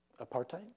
Apartheid